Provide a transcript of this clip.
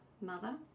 mother